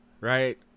right